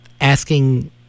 asking